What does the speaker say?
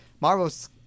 marvel's